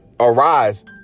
arise